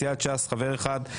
סיעת ש"ס חבר אחד,